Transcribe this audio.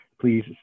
please